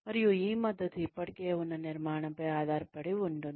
మరియు ఈ మద్దతు ఇప్పటికే ఉన్న నిర్మాణంపై ఆధారపడి ఉంటుంది